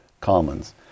commons